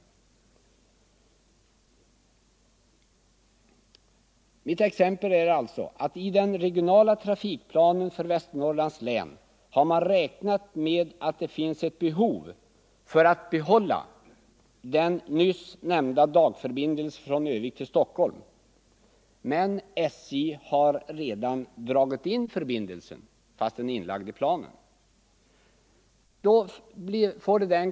För att återgå till mitt tidigare anförda exempel har man i den regionala trafikplanen för Västernorrlands län räknat med att behov finns av att behålla den nyss nämnda dagförbindelsen från Örnsköldsvik till Stockholm. Men SJ har redan dragit in den förbindelsen, trots att den är upptagen i denna plan.